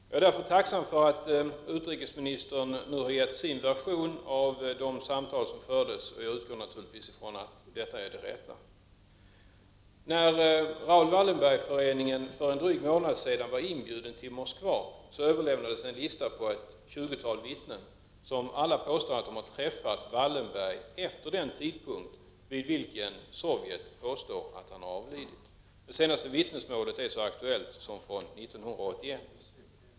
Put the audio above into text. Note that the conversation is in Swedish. Jag är därför tacksam för att utrikesministern nu har gett sin version av de samtal som fördes, och jag utgår naturligtvis från att den är riktig. När Raoul Wallenberg-föreningen för en dryg månad sedan var inbjuden till Moskva överlämnades en lista på ett tjugotal vittnen, som alla säger att de har träffat Wallenberg efter den tidpunkt vid vilken Sovjet påstår att han har avlidit. Det senaste vittnesmålet är så aktuellt som från år 1981.